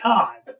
God